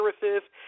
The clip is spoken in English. services